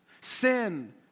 sin